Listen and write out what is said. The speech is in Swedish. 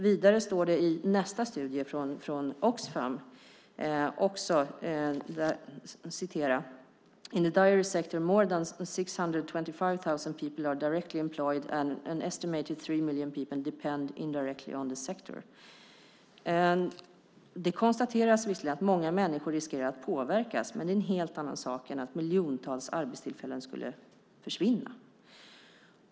Vidare står det i nästa studie från Oxfam: "In the dairy sector more than 625,000 people are directly employed and an estimated 3 million people depend indirectly on the sector." Det konstateras visserligen att många människor riskerar att påverkas, men det är en helt annan sak än att miljontals arbetstillfällen skulle försvinna.